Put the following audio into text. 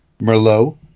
Merlot